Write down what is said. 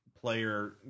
player